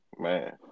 Man